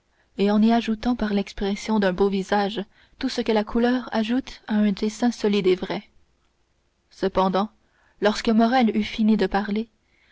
exprimait en y ajoutant par l'expression d'un beau visage tout ce que la couleur ajoute à un dessin solide et vrai cependant lorsque morrel eut fini de parler